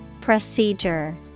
Procedure